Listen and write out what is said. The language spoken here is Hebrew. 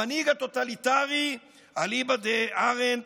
המנהיג הטוטליטרי, אליבא דארנדט,